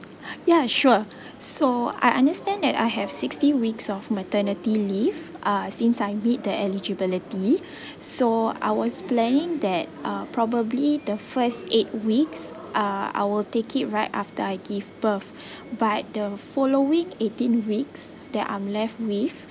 ya sure so I understand that I have sixteen weeks of maternity leave uh since I meet the eligibility so I was planning that uh probably the first eight weeks uh I will take it right after I give birth but the following eighteen weeks that I'm left with